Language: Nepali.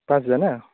पाँचजना